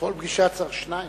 לכל פגישה צריך שניים.